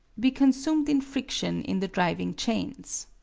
be consumed in friction in the driving chains.